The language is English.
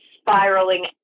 spiraling